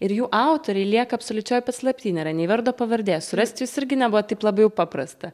ir jų autoriai lieka absoliučioj paslapty nėra nei vardo pavardės surast jus irgi nebuvo taip labai jau paprasta